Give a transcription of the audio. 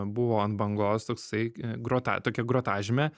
buvo ant bangos toksai grota tokia grotažyme